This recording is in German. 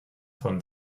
von